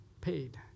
paid